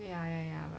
ya ya ya